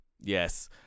yes